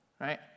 right